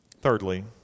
Thirdly